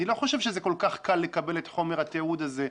אני לא חושב שזה כל כך קל לקבל את חומר התיעוד הזה.